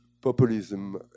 populism